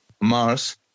mars